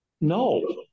No